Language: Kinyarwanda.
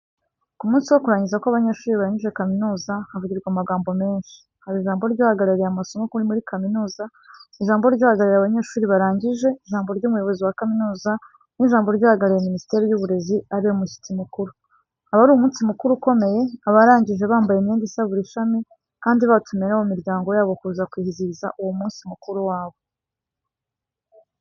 Ku munsi wo kurangiza kw'abanyeshuri barangije kaminuza, havugirwa amagambo menshi. Haba ijambo ry'uhagarariye amasomo muri kaminuza, ijambo ry'uhagarariye abanyeshuri barangije, ijambo ry'umuyobozi wa kaminuza n'ijambo ry'uhagarariye Minisiteri y'Uburezi, ari we mushyitsi mukuru. Aba ari umunsi mukuru ukomeye, abarangije bambaye imyenda isa buri shami, kandi batumiye n'abo mu miryango yabo kuza kwizihiza uwo munsi mukuru wabo.